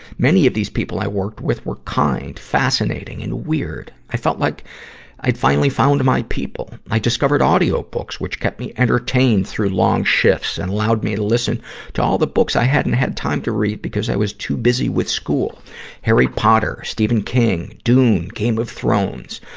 many of these these people i worked with were kind, fascinating, and weird. i felt like i'd finally found my people. i discovered audiobooks, which kept me entertained through long shifts and allowed me to listen to all the books i hadn't had time to read because i was too busy with school harry potter, stephen king, dune, games of thrones.